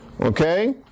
Okay